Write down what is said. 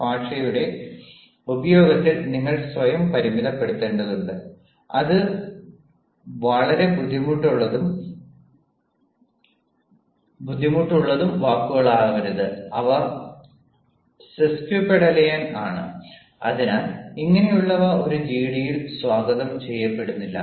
അതിനാൽ ഭാഷയുടെ ഉപയോഗത്തിൽ നിങ്ങൾ സ്വയം പരിമിതപ്പെടുത്തേണ്ടതുണ്ട് അത് വളരെ ബുദ്ധിമുട്ടുള്ളതും വാക്കുകൾ ആകരുത് അവ സെസ്ക്വിപെഡാലിയൻ ആണ് അതിനാൽ ഇങ്ങനെയുള്ളവ ഒരു ജിഡിയിൽ സ്വാഗതം ചെയ്യപ്പെടുന്നില്ല